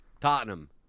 Tottenham